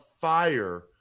fire